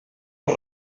els